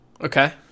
Okay